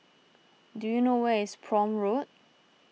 do you know where is Prome Road